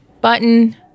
button